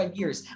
years